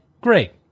great